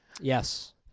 Yes